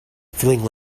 feeling